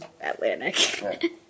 Atlantic